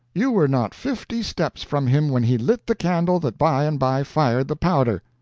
you were not fifty steps from him when he lit the candle that by-and-by fired the powder!